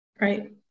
right